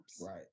Right